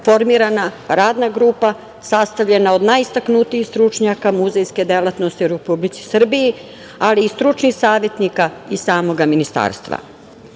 formirana je Radna grupa sastavljena od najistaknutijih stručnjaka muzejske delatnosti u Republici Srbiji ali i stručnih savetnika iz samog ministarstva.